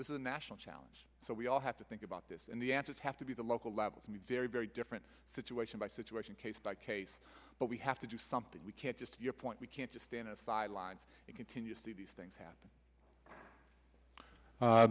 this is a national challenge so we all have to think about this and the answer is have to be the local level can be very very different situation by situation case by case but we have to do something we can't just to your point we can't sustain a sideline and continuously these things happen